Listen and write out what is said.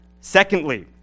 Secondly